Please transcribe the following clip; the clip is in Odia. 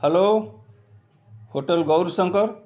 hello hotel Gaurishankar